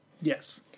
Yes